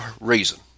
reason